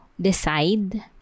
decide